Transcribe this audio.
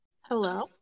hello